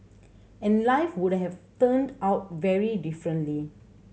and life would have turned out very differently